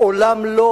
מעולם לא,